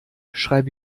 schreibe